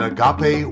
Agape